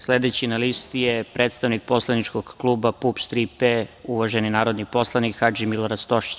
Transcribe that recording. Sledeći na listi je predstavnik poslaničkog kluba PUPS – „Tri P“, uvaženi narodni poslanik Hadži Milorad Stošić.